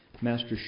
Master